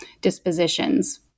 dispositions